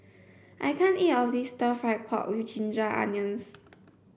I can't eat all of this stir fried pork with ginger onions